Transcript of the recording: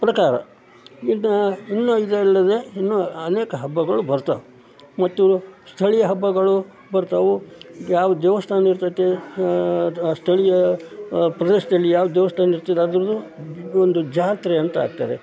ಪ್ರಕಾರ ಇನ್ನೂ ಇನ್ನೂ ಇದಲ್ಲದೇ ಇನ್ನೂ ಅನೇಕ ಹಬ್ಬಗಳು ಬರ್ತಾವೆ ಮತ್ತು ಸ್ಥಳೀಯ ಹಬ್ಬಗಳು ಬರ್ತಾವೆ ಯಾವ ದೇವಸ್ಥಾನ ಇರ್ತೈತೆ ಸ್ಥಳೀಯ ಪ್ರದೇಶದಲ್ಲಿ ಯಾವ ದೇವಸ್ಥಾನ ಇರ್ತದೆ ಅದರದ್ದು ಒಂದು ಜಾತ್ರೆ ಅಂತ ಆಗ್ತದೆ